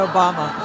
Obama